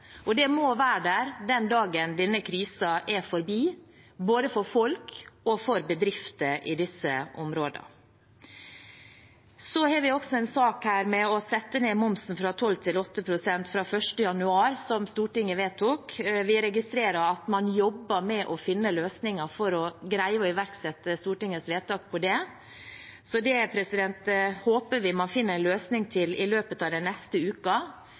og det må være der den dagen denne krisen er forbi, både for folk og for bedrifter i disse områdene. Så har vi også en sak om å sette ned momsen fra 12 pst. til 8 pst. fra 1. januar, som Stortinget vedtok. Vi registrerer at man jobber med å finne løsninger for å greie å iverksette Stortingets vedtak om det. Det håper vi man finner en løsning på i løpet av den neste